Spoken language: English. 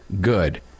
good